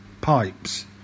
pipes